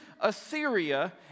Assyria